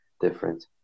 different